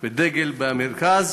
ודגל במרכז,